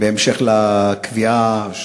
בהמשך לקביעה,